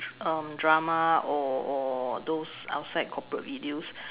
um drama or or those outside corporate videos